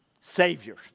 Savior